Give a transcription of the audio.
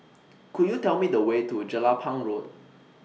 Could YOU Tell Me The Way to Jelapang Road